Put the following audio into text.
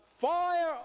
Fire